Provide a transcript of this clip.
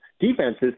defenses